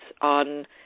on